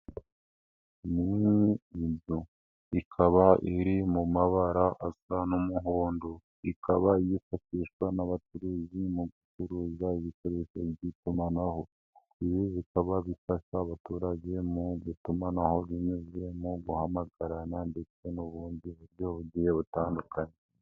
Ni inzu ikaba iri mu mabara asa n'umuhondo ikaba yifashishwa n'abacuruzi mu gucuruza ibikoresho by'itumanaho ibi bikaba bifasha abaturage mu gutumanaho binyuze mu mu guhamagarana ndetse n'ubundi buryo bugiye butandukanye.